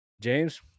james